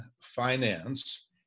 Finance